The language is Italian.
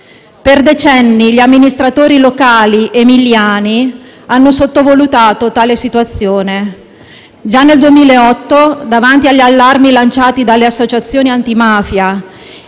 Per decenni, gli amministratori locali emiliani hanno sottovalutato tale situazione. Già nel 2008, davanti agli allarmi lanciati dalle associazioni antimafia